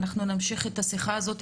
אנחנו נמשיך את השיחה הזו.